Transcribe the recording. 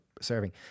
serving